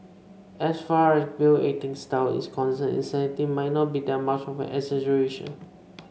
as far as Bale acting style is concerned insanity might not be that much of an exaggeration